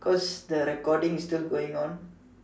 cause the recording is still going on